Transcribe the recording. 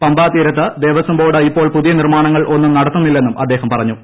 പമ്പാ തീരത്ത് ദേവസ്വംബോർഡ് ഇപ്പോൾ പുതിയ നിർമ്മാണങ്ങൾ ഒന്നും നടത്തില്ലെന്നും അദ്ദേഹം പറഞ്ഞു